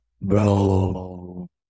Bro